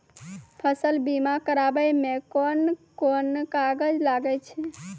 फसल बीमा कराबै मे कौन कोन कागज लागै छै?